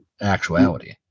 actuality